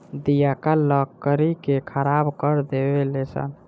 दियाका लकड़ी के खराब कर देवे ले सन